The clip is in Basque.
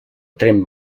tren